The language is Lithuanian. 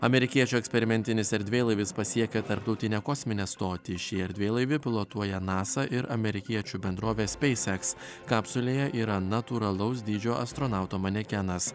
amerikiečių eksperimentinis erdvėlaivis pasiekė tarptautinę kosminę stotį šį erdvėlaivį pilotuoja nasa ir amerikiečių bendrovės speiseks kapsulėje yra natūralaus dydžio astronauto manekenas